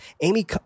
amy